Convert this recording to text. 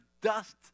dust